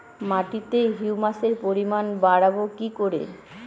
মাটিতে হিউমাসের পরিমাণ বারবো কি করে?